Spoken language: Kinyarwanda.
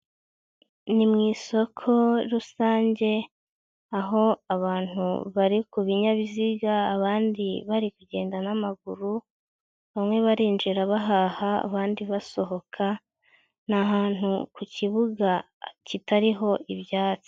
Ni mu isoko rusange, aho abantu bari ku binyabiziga, abandi bari kugenda n'amaguru, bamwe barinjira, abandi basohoka n'ahantu ku kibuga kitariho ibyatsi.